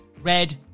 red